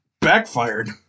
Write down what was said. backfired